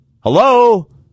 Hello